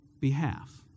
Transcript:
behalf